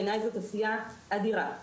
בעיני זאת עשייה אדירה.